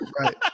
Right